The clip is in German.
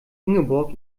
ingeborg